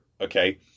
okay